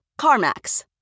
CarMax